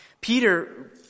Peter